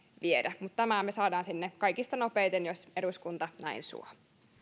viedä mutta tämän me saamme sinne kaikista nopeiten jos eduskunta näin suo